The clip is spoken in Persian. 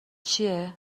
چیه